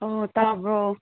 ꯑꯥ ꯇꯥꯕ꯭ꯔꯣ